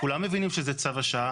כולם מבינים שזה צו השעה.